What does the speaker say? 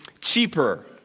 cheaper